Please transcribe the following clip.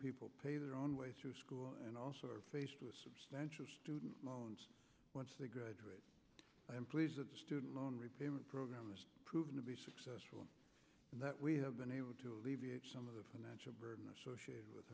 people pay their own way through school and also are faced with substantial student loans once they graduate i am pleased that student loan repayment program is proving to be successful and that we have been able to alleviate some of the financial burden associated with